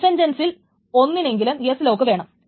ഡിസ്സന്റൻസിൽ ഒന്നിനെങ്കിലും S lock വേണം